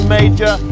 Major